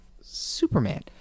Superman